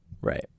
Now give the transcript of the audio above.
Right